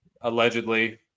allegedly